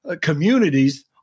communities